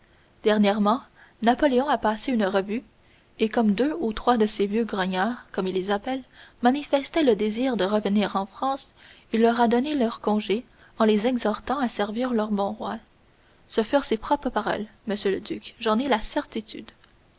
dernièrement napoléon a passé une revue et comme deux ou trois de ses vieux grognards comme il les appelle manifestaient le désir de revenir en france il leur a donné leur congé en les exhortant à servir leur bon roi ce furent ses propres paroles monsieur le duc j'en ai la certitude